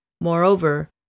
Moreover